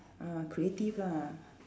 ah creative lah